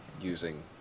using